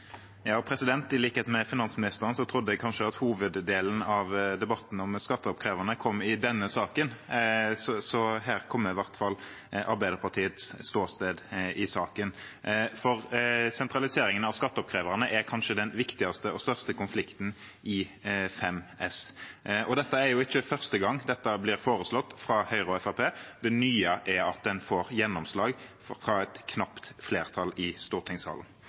I likhet med finansministeren trodde jeg kanskje at hoveddelen av debatten om skatteoppkreverne kom i denne saken, så her kommer i hvert fall Arbeiderpartiets ståsted i saken. Sentraliseringen av skatteoppkreverne er kanskje den viktigste og største konflikten i Innst. 5 S for 2019–2020. Det er ikke første gang dette blir foreslått fra Høyre og Fremskrittspartiet. Det nye er at en får gjennomslag fra et knapt flertall i stortingssalen.